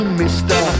mister